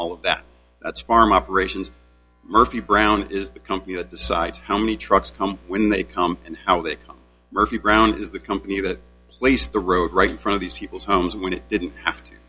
all of that that's farm operations murphy brown is the company that decides how many trucks come when they come and how that murphy brown is the company that placed the road right in front of these people's homes when it didn't have to